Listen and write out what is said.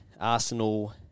arsenal